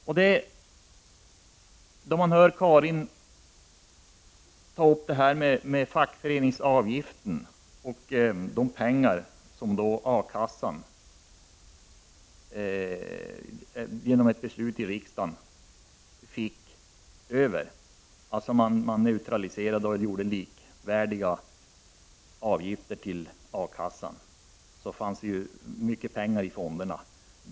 Karin Falkmer tar upp frågan om fackföreningsavgiften och de pengar som A-kassan genom ett beslut i riksdagen fick ta över. Då man genom neutralisering skapade likvärdiga avgifter till A-kassan fanns det mycket pengar i fonderna.